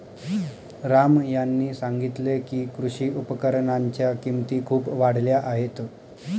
राम यांनी सांगितले की, कृषी उपकरणांच्या किमती खूप वाढल्या आहेत